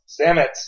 Stamets